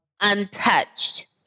untouched